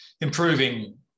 improving